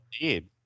indeed